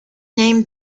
named